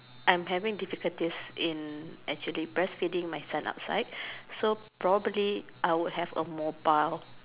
I'm having difficulties in actually breastfeeding my son outside so probably I would have a mobile or